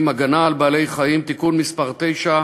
בעלי-חיים (הגנה על בעלי-חיים) (תיקון מס' 9),